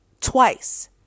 twice